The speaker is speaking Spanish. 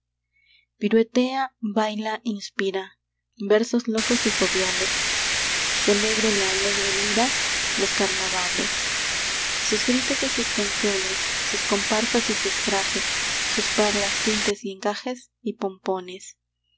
madrigal piruetea baila inspira versos locos y joviales celebre la alegre lira los carnavales sus gritos y sus canciones sus comparsas y sus trajes sus perlas tintes y encajes y pompones